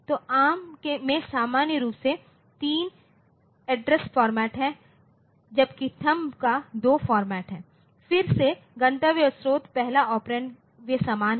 तो एआरएम में सामान्य रूप से 3 एड्रेस फॉर्मेट है जबकि थंब का दो फॉर्मेट है फिर से गंतव्य और स्रोत पहला ऑपरेंड वे समान हैं